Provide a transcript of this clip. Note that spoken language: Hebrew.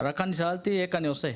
רק אני שאלתי איך אני עושה.